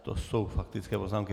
To jsou faktické poznámky.